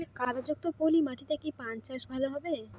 কাদা যুক্ত পলি মাটিতে কি পান চাষ ভালো হবে?